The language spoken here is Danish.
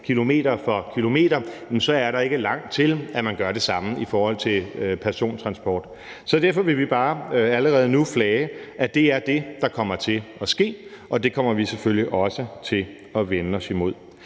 kilometer for kilometer, så er der ikke langt hen til, at man gør det samme i forhold til persontransport. Så derfor vil vi bare allerede nu flage, at det er det, der kommer til at ske, og at vi selvfølgelig også kommer til at vende os imod